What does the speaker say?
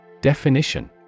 Definition